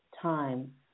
time